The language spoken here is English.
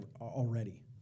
already